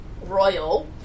royal